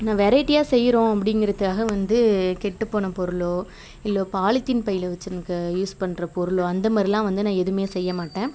நான் வெரைட்டியாக செய்கிறோம் அப்படிங்கிறதுக்காக வந்து கெட்டுப்போன பொருளோ இல்லை பாலித்தீன் பையில் வச்சுருக்க யூஸ் பண்ணுற பொருளோ அந்த மாதிரிலாம் வந்து நான் எதுவுமே செய்யமாட்டேன்